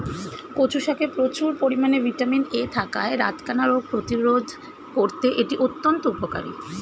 কচু শাকে প্রচুর পরিমাণে ভিটামিন এ থাকায় রাতকানা রোগ প্রতিরোধে করতে এটি অত্যন্ত উপকারী